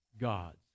gods